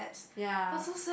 ya